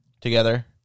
together